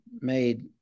made